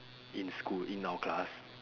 in school in our class